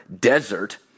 desert